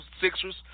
Sixers